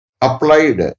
applied